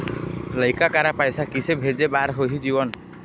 लइका करा पैसा किसे भेजे बार होही जीवन